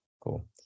Cool